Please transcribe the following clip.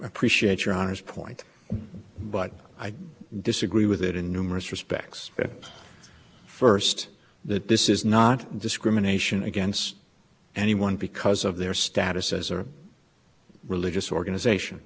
appreciate your honor's point but i disagree with it in numerous respects first that this is not discrimination against anyone because of their status as a religious organization